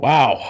Wow